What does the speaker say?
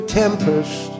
tempest